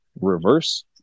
reverse